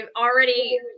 already